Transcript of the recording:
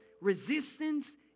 Resistance